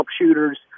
shooters